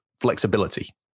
flexibility